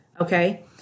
Okay